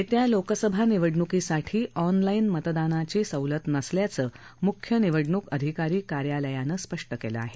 येत्या लोकसभा निवडणूकीसाठी ऑनलाईन मतदानाची सवलत नसल्याचं मुख्य निवडणूक अधिकारी कार्यालयानं स्पष्ट केलं आहे